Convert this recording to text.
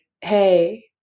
hey